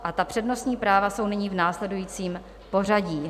A ta přednostní práva jsou nyní v následujícím pořadí.